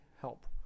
help